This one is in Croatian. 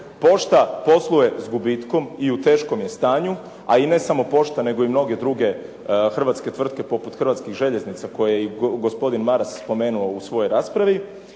pošta posluje s gubitkom i u teškom je stanju a i ne samo pošta nego i mnoge druge hrvatske tvrtke poput Hrvatskih željeznica koje je i gospodin Maras spomenuo u svojoj raspravi.